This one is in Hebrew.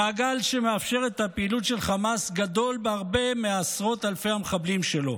המעגל שמאפשר את הפעילות של חמאס גדול בהרבה מעשרות אלפי המחבלים שלו,